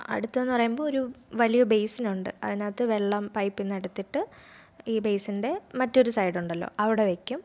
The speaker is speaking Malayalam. അടുത്ത് എന്ന് പറയുമ്പോൾ ഒരു വലിയ ബെയ്സിനുണ്ട് അതിനകത്ത് വെള്ളം പൈപ്പിൽ നിന്ന് എടുത്തിട്ട് ഈ ബെയ്സിൻ്റെ മറ്റൊരു സൈഡുണ്ടല്ലോ അവിടെ വെക്കും